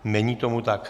Není tomu tak.